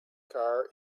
car